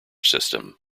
system